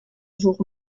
jour